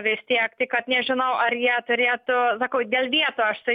vis tiek tik kad nežinau ar jie turėtų sakau dėl vietų aš tai